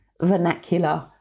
vernacular